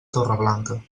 torreblanca